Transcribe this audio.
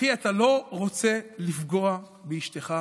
אחי, אתה לא רוצה לפגוע באשתך,